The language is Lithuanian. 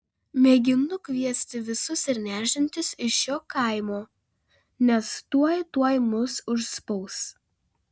mėginu kviesti visus ir nešdintis iš šio kaimo nes tuoj tuoj mus užspaus